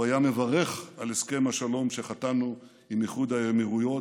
הוא היה מברך על הסכם השלום שחתמנו עם איחוד האמירויות,